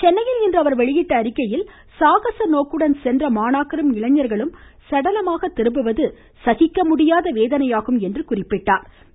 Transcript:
சென்னையில் இன்று அவர் வெளியிட்டுள்ள அறிக்கையில் சாகச நோக்குடன் சென்ற மாணாக்கரும் இளைஞர்களும் சடலமாக திரும்புவது சகிக்க முடியாத வேதனையாகும் என்று கூறியுள்ளார்